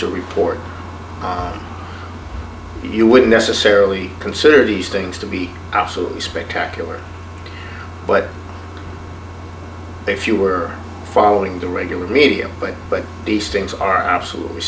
to report you wouldn't necessarily consider these things to be absolutely spectacular but if you were following the regular media but these things are absolute